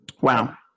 Wow